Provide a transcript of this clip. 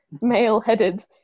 male-headed